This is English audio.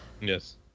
Yes